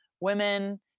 women